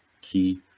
key